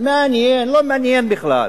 לא מעניין בכלל.